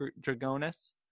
Dragonus